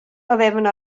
havevan